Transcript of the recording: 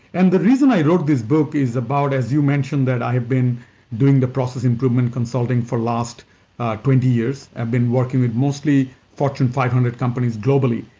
and the reason i wrote this book is about, as you mentioned, that i've been doing the process improvement consulting for last twenty years, and been working with mostly fortune five hundred companies globally.